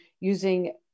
using